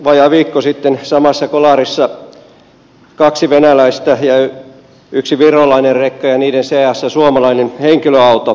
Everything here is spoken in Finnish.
vajaa viikko sitten oli samassa kolarissa kaksi venäläistä ja yksi virolainen rekka ja niiden seassa suomalainen henkilöauto